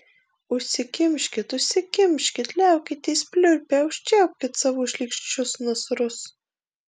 užsikimškit užsikimškit liaukitės pliurpę užčiaupkit savo šlykščius nasrus